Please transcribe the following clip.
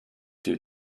due